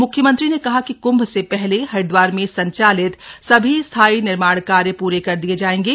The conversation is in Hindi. म्ख्यमंत्री ने कहा कि क्म्भ से पह ले हरिद्वार में संचालित सभी स्थायी निर्माण कार्य पूरे कर दिये जायेंगे